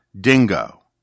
dingo